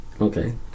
Okay